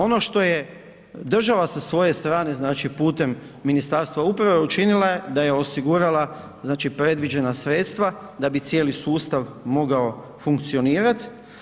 Ono što je država sa svoje strane, znači putem Ministarstva uprave, učinila je da je osigurala znači predviđena sredstava da bi cijeli sustav mogao funkcionirat.